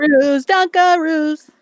Dunkaroos